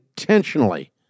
intentionally